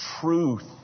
truth